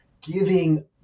giving